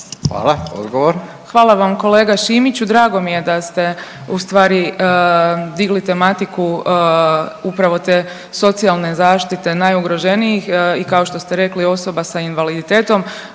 Majda (HDZ)** Hvala vam kolega Šimiću. Drago mi je da ste ustvari digli tematiku upravo te socijalne zaštite najugroženijih i kao što ste rekli osoba sa invaliditetom.